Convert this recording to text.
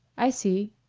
i see,